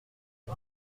ils